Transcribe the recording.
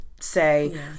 say